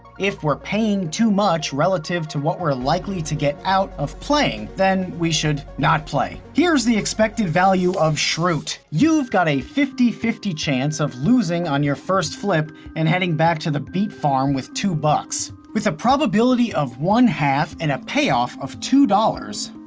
if we're paying too much relative to what we're likely to get out of playing, then we should not play. here's the expected value of schrute. you've got a fifty fifty chance of losing on your first flip and heading back to the beet farm with two dollars. with a probability of one two and a payoff of two dollars,